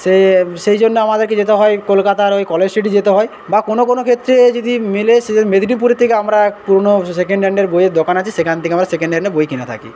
সে সেই জন্য আমাদেরকে যেতে হয় কোলকাতার ওই কলেজ স্ট্রিটে যেতে হয় বা কোনো কোনো ক্ষেত্রে যদি মেলে সেদিন মেদিনীপুর থেকে আমরা পুরনো সেকেন্ড হ্যান্ড বইয়ের দোকান আছে সেখান থেকে সেকেন্ড হ্যান্ডে বই কিনে থাকি